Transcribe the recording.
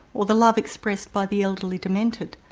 or the love expressed by the elderly demented.